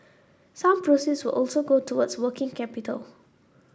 some proceeds will also go towards working capital